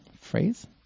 phrase